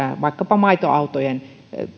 vaikkapa maitoautojen